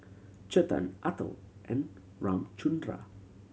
Chetan Atal and Ramchundra